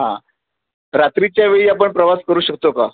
हां रात्रीच्या वेळी आपण प्रवास करू शकतो का